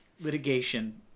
litigation